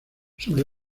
sobre